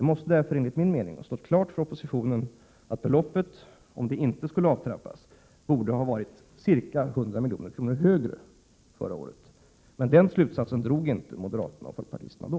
Det måste därför enligt min mening ha stått klart för oppositionen att beloppet, om det inte skulle avtrappas, borde ha varit ca 100 miljoner högre förra året. Men den slutsatsen drog inte moderaterna och folkpartisterna då.